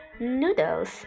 Noodles